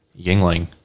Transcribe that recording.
Yingling